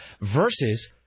versus